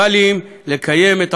לקיים את העולם כולו שלֵו,